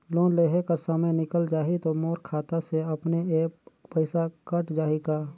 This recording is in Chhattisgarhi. लोन देहे कर समय निकल जाही तो मोर खाता से अपने एप्प पइसा कट जाही का?